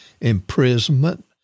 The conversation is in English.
imprisonment